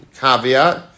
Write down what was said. caveat